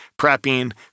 prepping